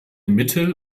mittel